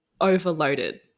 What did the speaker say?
overloaded